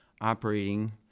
operating